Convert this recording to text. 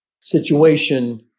situation